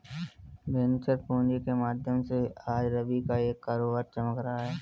venture पूँजी के माध्यम से आज रवि का कारोबार चमक रहा है